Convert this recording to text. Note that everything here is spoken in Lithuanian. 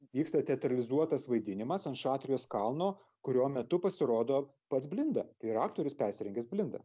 vyksta teatralizuotas vaidinimas ant šatrijos kalno kurio metu pasirodo pats blinda tai yra aktorius persirengęs blinda